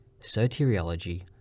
Soteriology